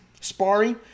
sparring